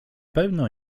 pewno